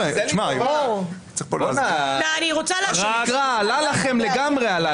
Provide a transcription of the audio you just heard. עלה לכם לגמרי.